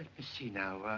see now.